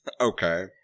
Okay